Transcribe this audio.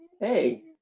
Hey